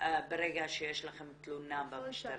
ברגע שיש לכם תלונה במשטרה.